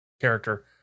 character